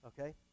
Okay